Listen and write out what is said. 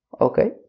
Okay